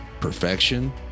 perfection